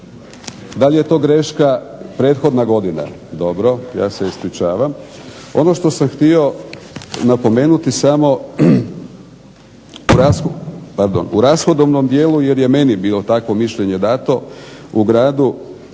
Da li je to greška prethodna godina. Dobro. Ja se ispričavam. Ono što sam htio napomenuti samo u rashodovnom dijelu jer je meni bilo takvo mišljenje dato u gradu.